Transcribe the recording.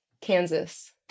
Kansas